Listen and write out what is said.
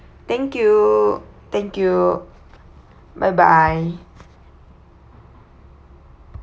thank you thank you bye bye